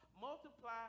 multiply